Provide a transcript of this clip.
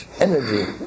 energy